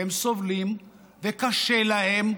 והם סובלים, וקשה להם,